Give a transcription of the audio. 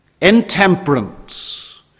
Intemperance